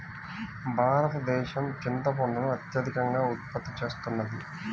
భారతదేశం చింతపండును అత్యధికంగా ఉత్పత్తి చేస్తున్నది